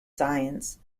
science